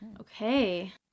Okay